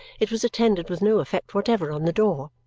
it was attended with no effect whatever on the door.